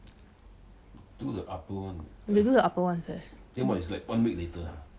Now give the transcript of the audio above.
they do the upper one first